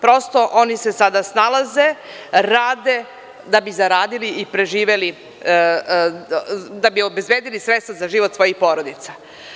Prosto, oni se sada snalaze, rade da bi zaradili i preživeli, da bi obezbedili sredstva za život svojih porodica.